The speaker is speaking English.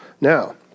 Now